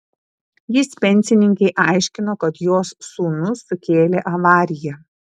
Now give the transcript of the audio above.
jis pensininkei aiškino kad jos sūnus sukėlė avariją